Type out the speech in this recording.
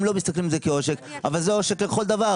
הם לא מסתכלים על זה כעושק, אבל זה עושק לכל דבר.